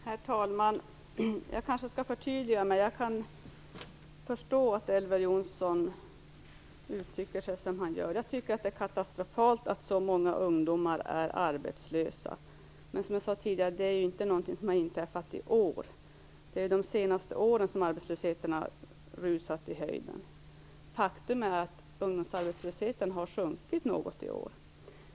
Herr talman! Jag kanske skall förtydliga mig. Jag kan förstå att Elver Jonsson uttrycker sig som han gör. Jag tycker att det är katastrofalt att så många ungdomar är arbetslösa, men som jag sade tidigare är detta ingenting som har inträffat i år. Arbetslösheten har rusat i höjden under de senaste åren. Faktum är att ungdomsarbetslösheten har sjunkit något i år.